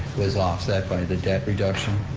was offset by the debt reduction.